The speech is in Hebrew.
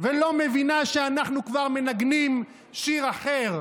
ולא מבינה שאנחנו כבר מנגנים שיר אחר,